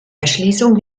erschließung